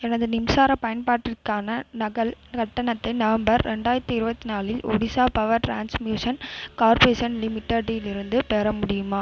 எனது மின்சார பயன்பாட்டிற்கான நகல் கட்டணத்தை நவம்பர் ரெண்டாயிரத்தி இருபத்தி நாலில் ஒடிசா பவர் ட்ரான்ஸ்மிஷன் கார்ப்ரேஷன் லிமிட்டெடிலிருந்து பெற முடியுமா